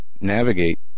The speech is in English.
navigate